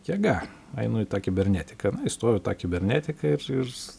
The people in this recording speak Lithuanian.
jėga einu į tą kibernetiką na įstojau į tą kibernetiką ir irs